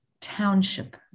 township